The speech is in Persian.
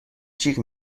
جیغ